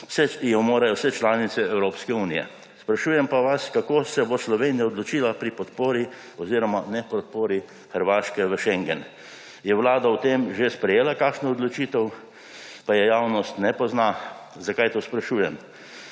vse članice Evropske unije. Sprašujem pa vas, kako se bo Slovenija odločila pri podpori oziroma nepodpori Hrvaške v schengen. Je Vlada o tem že sprejela kakšno odločitev, pa je javnost ne pozna? Zakaj to sprašujem?